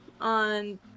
on